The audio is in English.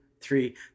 three